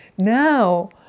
Now